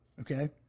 Okay